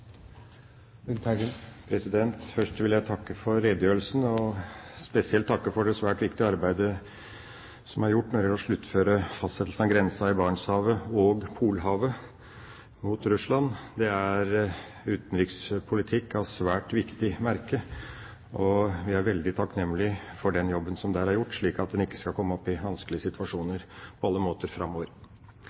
og senterpartidager. Først vil jeg takke for redegjørelsen, og spesielt takke for det svært viktige arbeidet som er gjort når det gjelder å sluttføre fastsettelsen av grensen i Barentshavet og Polhavet mot Russland. Det er utenrikspolitikk av svært viktig merke, og vi er veldig takknemlig for den jobben som der er gjort, slik at en ikke skal komme opp i vanskelige situasjoner på alle måter framover.